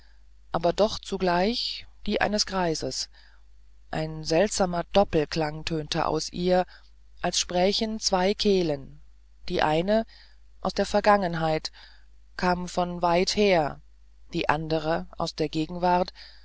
aber doch zugleich die eines greises ein seltsamer doppelklang tönte aus ihr als sprächen zwei kehlen die eine aus der vergangenheit kam von weit her die andere aus der gegenwart